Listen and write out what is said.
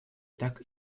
так